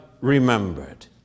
remembered